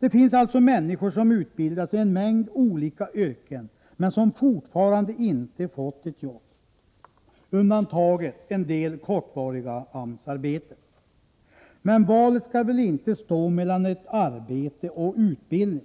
Det finns alltså människor som har utbildats i en mängd olika yrken men som fortfarande inte har fått ett arbete, bortsett från vissa kortvariga AMS-arbeten. Valet skall väl inte stå mellan arbete och utbildning,